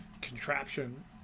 contraption